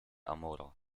amora